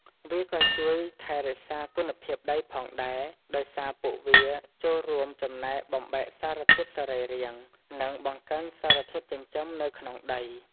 វាក៏ជួយថែរក្សាគុណភាពដីផងដែរ ដោយសារពួកវាចូលរួមចំណែកបំបែកសារធាតុសរីរាង្គ និងបង្កើនសារធាតុចិញ្ចឹមនៅក្នុងដី។